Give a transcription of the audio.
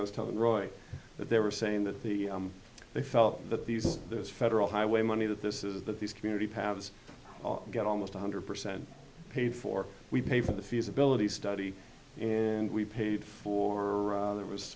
i was telling roy that they were saying that the they felt that these this federal highway money that this is that these community paths get almost one hundred percent paid for we pay for the feasibility study in we paid for their w